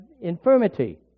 infirmity